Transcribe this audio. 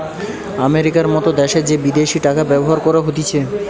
আমেরিকার মত দ্যাশে যে বিদেশি টাকা ব্যবহার করা হতিছে